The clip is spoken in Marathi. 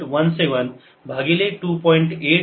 17 भागिले 2